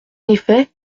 effet